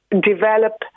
develop